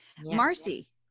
Marcy